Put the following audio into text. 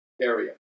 area